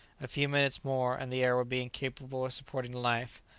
a few minutes more and the air would be incapable of supporting life.